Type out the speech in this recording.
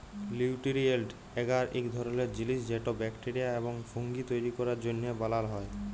লিউটিরিয়েল্ট এগার ইক ধরলের জিলিস যেট ব্যাকটেরিয়া এবং ফুঙ্গি তৈরি ক্যরার জ্যনহে বালাল হ্যয়